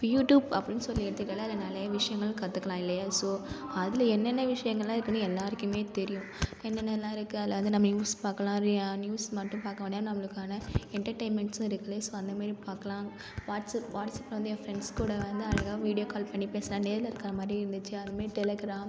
இப்போது யூடுப் அப்படின்னு சொல்லி எடுத்துகிட்டால் அதில் நிறைய விஷயங்கள் கற்றுக்கலாம் இல்லையா ஸோ அதில் என்னென்ன விஷயங்கள்லாம் இருக்குன்னு எல்லாருக்குமே தெரியும் என்னென்னலாம் இருக்கு அதில் வந்து நம்ப நியூஸ் பார்க்கலாம் நியூஸ் மட்டும் பார்க்க வேண்டாம் நம்பளுக்கான என்டர்டெயின்மென்ட்ஸ் இருக்குல்ல ஸோ அந்தமாதிரி பார்க்கலாம் வாட்ஸ்அப் வாட்ஸ்அப்பில் வந்து என் ஃப்ரெண்ட்ஸ் கூட வந்து அழகான வீடியோ கால் பண்ணி பேசலாம் நேரில் இருக்கிற மாதிரியே இருந்துச்சு அதுவும் டெலெக்ராம்